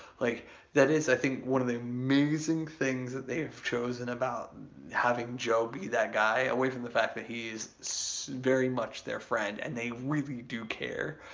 like that is, i think, one of the amazing things that they've chosen about having joe be that guy, away from the fact that he's so very much their friend and they really do care.